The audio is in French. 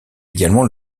également